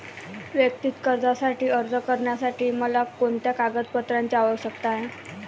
वैयक्तिक कर्जासाठी अर्ज करण्यासाठी मला कोणत्या कागदपत्रांची आवश्यकता आहे?